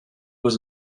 was